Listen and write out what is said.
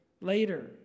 later